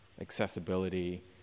accessibility